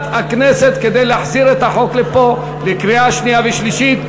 הכנסת כדי להחזיר את החוק לפה לקריאה שנייה ושלישית.